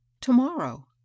Tomorrow